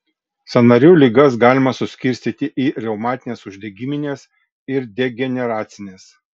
sąnarių ligas galima suskirstyti į reumatines uždegimines ir degeneracines